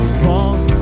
falls